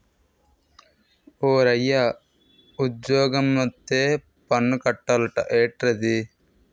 ఓరయ్యా ఉజ్జోగమొత్తే పన్ను కట్టాలట ఏట్రది